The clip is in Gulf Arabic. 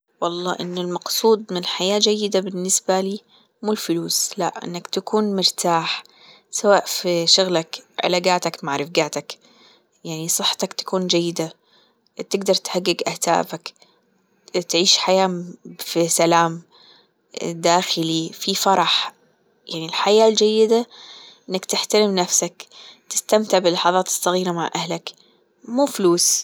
والله إن المقصود من حياة جيدة بالنسبة لي مو الفلوس لا إنك تكون مرتاح سواء في شغلك، علاجاتك مع رفجاتك، يعني صحتك تكون جيدة، بتقدر تحقق أهدافك، تعيش حياة في سلام داخلي في فرح يعني الحياة الجيدة إنك تحترم نفسك تستمتع باللحظات الصغيرة مع أهلك مو فلوس.